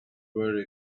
very